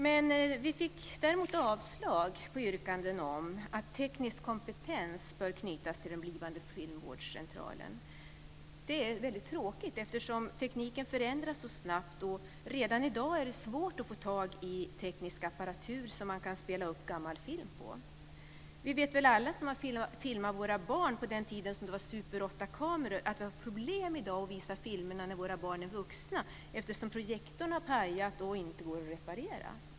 Däremot fick vi avslag på yrkandena om att teknisk kompetens bör knytas till den blivande filmvårdscentralen. Det är väldigt tråkigt, eftersom tekniken förändras så snabbt. Redan i dag är det svårt att få tag i teknisk apparatur för att spela upp gammal film. Vi vet alla som filmade våra barn på den tid då det fanns super 8-kameror att vi i dag, när våra barn är vuxna, har problem att visa filmerna eftersom projektorn har pajat och inte går att reparera.